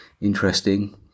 interesting